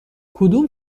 کدوم